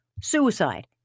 suicide